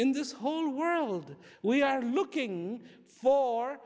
in this whole world we are looking for